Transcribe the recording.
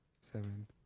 seven